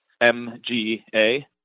M-G-A